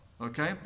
Okay